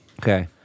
okay